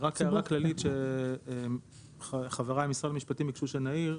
רק הערה כללית שחבריי ממשרד המשפטים ביקשו שנעיר.